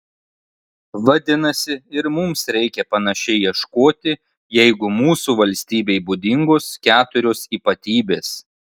vadinasi ir mums reikia panašiai ieškoti jeigu mūsų valstybei būdingos keturios ypatybės